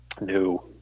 No